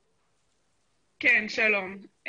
כן, שלום.